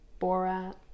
Borat